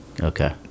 Okay